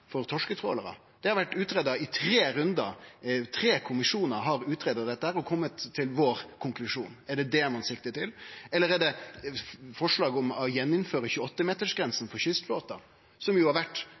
for torsketrålarar? Det har vore greidd ut i tre rundar. Tre kommisjonar har greidd det ut og kome til vår konklusjon. Er det det ein siktar til? Eller er det forslaget om igjen å